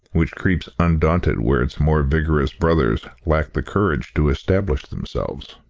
which creeps undaunted where its more vigorous brothers lack the courage to establish themselves.